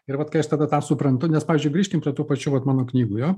ir vat kai aš tada tą suprantu nes pavyzdžiui grįžkim prie tų pačių vat mano knygų jo